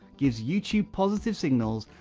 gives youtube positive signals,